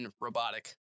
robotic